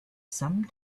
some